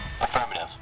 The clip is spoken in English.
Affirmative